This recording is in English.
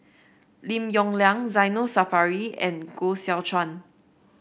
Lim Yong Liang Zainal Sapari and Koh Seow Chuan